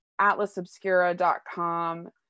atlasobscura.com